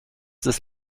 this